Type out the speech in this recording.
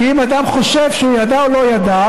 כי אם אדם חושב שהוא ידע או לא ידע,